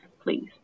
please